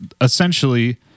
essentially